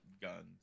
guns